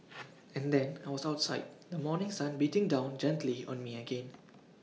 and then I was outside the morning sun beating down gently on me again